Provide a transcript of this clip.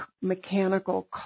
mechanical